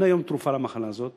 אין היום תרופה למחלה הזאת,